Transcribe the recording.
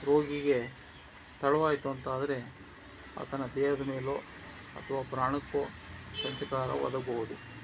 ರೋಗಿಗೆ ತಡವಾಯಿತು ಅಂತಾದರೆ ಆತನ ದೇಹದ ಮೇಲೋ ಅಥವಾ ಪ್ರಾಣಕ್ಕೋ ಸಂಚಕಾರ ಒದಗಬಹುದು